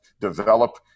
develop